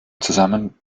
zusammenhang